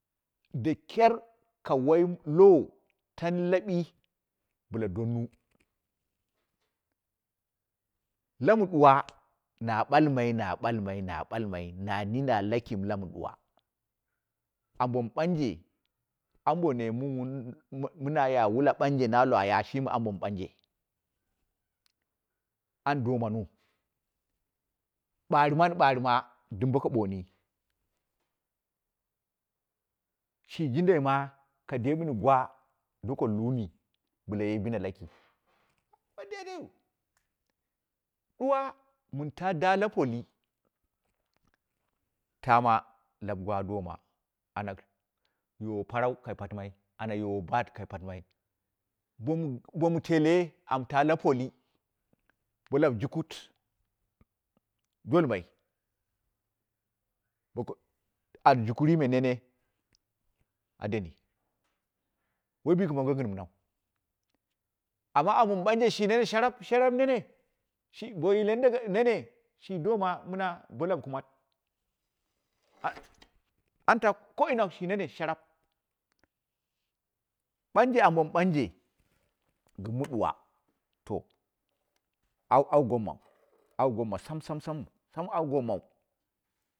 Da ker ka wai lowo, tam laɓi bɨla donnu, la ma duwa na balmai na balmai na balmai, nai na laki lama duwa. Ambo mɨ ɓanjo, banje bwai minaya wula na iwaye shinu ambo mɨ banje, anda manu, ɓarɨ mai ɓarɨ ma dim boka boni, shi jindai ma ka deɓɨni gwa, doko luni bɨla ye bina laki, wai daidai wu, duwa mɨnta daa la poki, tama lau gwa doma, ana yow parau kai putɨmai ana yowo baat kai patɨmai, bom boonu tele amta la poki bo kau jukut dolmai, bok ar jukuryime nene adeni wai bikɨ mango gɨn minau, amma ambo mɨ banje shido sharap, sharan nene ki bo doni nene, shi doma mɨna bo la kumma anta ko inau shi nene sharap ɓanje ambo mɨ ɓanje, gɨn mɨ duwa to au gammau, au gamma sam- sam- sam wu, au gomma sam au gommau.